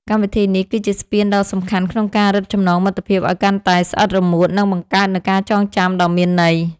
កម្មវិធីនេះគឺជាស្ពានដ៏សំខាន់ក្នុងការរឹតចំណងមិត្តភាពឱ្យកាន់តែស្អិតរមួត និងបង្កើតនូវការចងចាំដ៏មានន័យ។